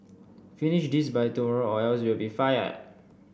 finish this by tomorrow or else you'll be fired